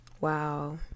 wow